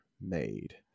made